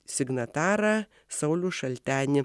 signatarą saulių šaltenį